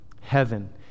heaven